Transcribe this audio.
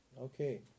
Okay